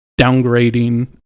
downgrading